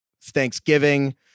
Thanksgiving